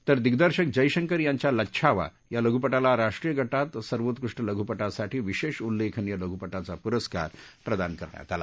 तर दिग्दर्शक जयशंकर यांच्या लच्छावा या लघुपटाला राष्ट्रीय गटात सर्वोत्कृष्ट लघुपटासाठी विशेष उल्लेखनीय लघुपटाचा पुरस्कार प्रदान करण्यात आला